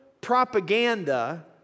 propaganda